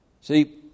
See